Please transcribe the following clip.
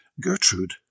Gertrude